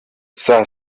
saa